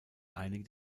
einige